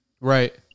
Right